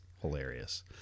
hilarious